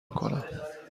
میکنم